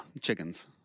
Chickens